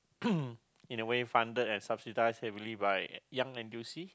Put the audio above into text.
in a way funded and subsidised heavily by Young N_T_U_C